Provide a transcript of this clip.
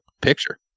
picture